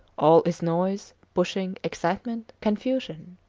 all is noise, pushing, excitement, confusion.